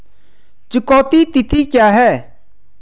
चुकौती तिथि क्या है?